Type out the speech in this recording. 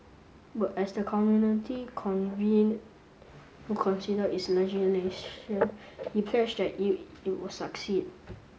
but as the committee convened to consider its legislation he pledged that it it would succeed